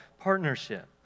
partnership